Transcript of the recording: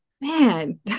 Man